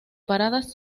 paradas